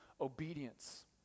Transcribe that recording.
obedience